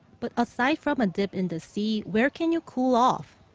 but aside from a dip in the sea, where can you cool off?